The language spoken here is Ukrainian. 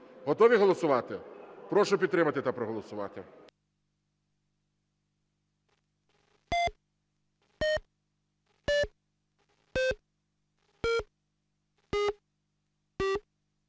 Готові голосувати? Прошу підтримати та проголосувати.